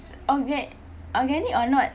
oga~ organic or not